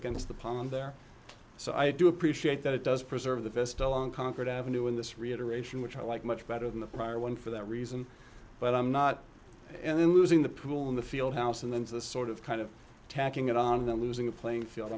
against the pond there so i do appreciate that it does preserve the vista long conquered avenue in this reiteration which i like much better than the prior one for that reason but i'm not and then losing the pool in the field house and then to sort of kind of tacking it on that losing the playing field